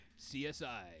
CSI